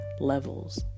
levels